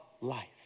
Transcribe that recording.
life